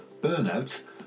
burnout